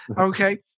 Okay